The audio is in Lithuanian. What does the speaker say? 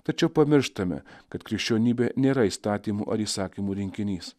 tačiau pamirštame kad krikščionybė nėra įstatymų ar įsakymų rinkinys